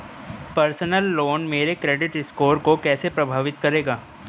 Personal loan मेरे credit score को कैसे प्रभावित करेगा?